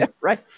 Right